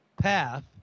path